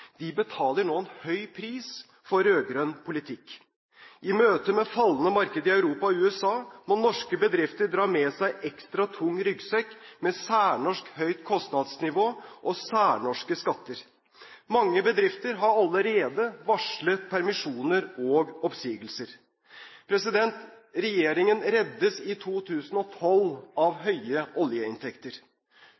betaler nå en høy pris for rød-grønn politikk. I møte med fallende markeder i Europa og USA må norske bedrifter dra med seg ekstra tung ryggsekk med særnorsk høyt kostnadsnivå og særnorske skatter. Mange bedrifter har allerede varslet permisjoner og oppsigelser. Regjeringen reddes i 2012 av